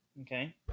Okay